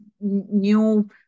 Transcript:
new